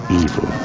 evil